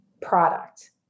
product